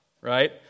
Right